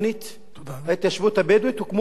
ההתיישבות הבדואית, הוקמו ועדות